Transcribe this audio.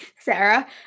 Sarah